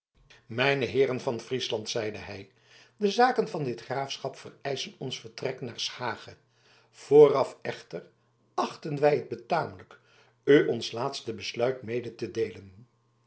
mijne heeren van friesland zeide hij de zaken van dit graafschap vereischen ons vertrek naar s hage vooraf echter achten wij het betamelijk u ons laatste besluit mede te deelen